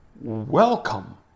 welcome